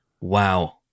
Wow